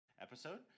episode